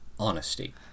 honesty